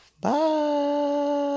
Bye